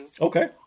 Okay